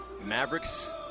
Mavericks